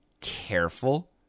careful